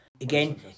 Again